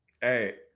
Hey